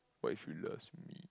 what if you loves me